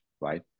right